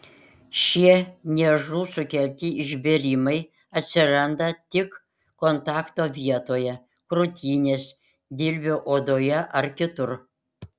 šie niežų sukelti išbėrimai atsiranda tik kontakto vietoje krūtinės dilbio odoje ar kitur